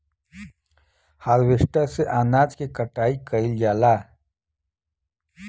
harvester से अनाज के कटाई कइल जाला